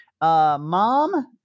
Mom